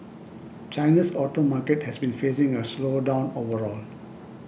china's auto market has been facing a slowdown overall